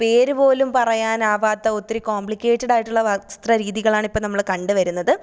പേര് പോലും പറയാനാവാത്ത ഒത്തിരി കോമ്പ്ലിക്കേറ്റഡായിട്ടുള്ള വസ്ത്ര രീതികളാണ് ഇപ്പം നമ്മള് കണ്ടു വരുന്നത്